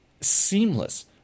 seamless